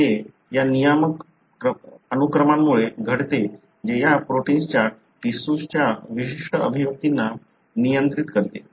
तर हे या नियामक अनुक्रमांमुळे घडते जे या प्रोटिन्सच्या टिशूजच्या विशिष्ट अभिव्यक्तींना नियंत्रित करते